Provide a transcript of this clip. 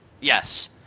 Yes